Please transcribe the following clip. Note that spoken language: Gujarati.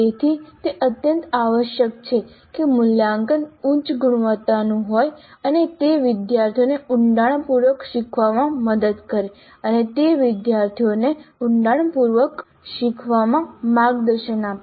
તેથી તે અત્યંત આવશ્યક છે કે મૂલ્યાંકન ઉચ્ચ ગુણવત્તાનું હોય અને તે વિદ્યાર્થીઓને ઊંડાણપૂર્વક શીખવામાં મદદ કરે અને તે વિદ્યાર્થીઓને ઊંડાણપૂર્વક શીખવામાં માર્ગદર્શન આપે